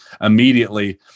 immediately